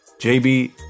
JB